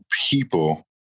people